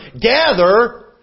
Gather